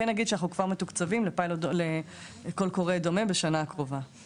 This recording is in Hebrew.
כן אגיד שאנחנו כבר מתוקצבים לקול קורא דומה בשנה הקרובה,